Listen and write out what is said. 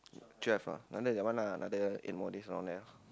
twelve ah another that one lah another eight more days around there ah